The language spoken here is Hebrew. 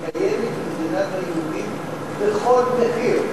לקיים את מדינת היהודים בכל מחיר.